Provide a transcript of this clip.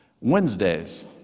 Wednesdays